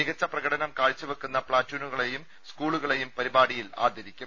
മികച്ച പ്രകടനം കാഴ്ചവെക്കുന്ന പ്ലാറ്റുണുകളേയും സ്കൂളുകളേയും പരിപാടിയിൽ ആദരിക്കും